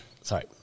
Sorry